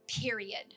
period